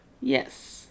yes